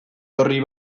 orri